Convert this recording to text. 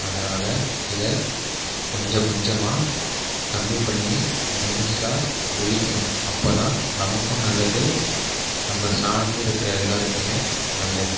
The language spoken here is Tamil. அதனால் இதை கொஞ்ச கொஞ்சமா கம்மி பண்ணி முழுசாக ஒழிக்கணும் அப்போதான் நமக்கும் நல்லது நம்மள சார்ந்து இருக்கிற எல்லாருக்குமே நல்லது